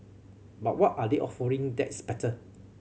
but what are they offering that's better